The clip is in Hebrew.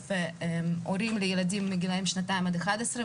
הורים לילדים בגילאים שנתיים עד 11,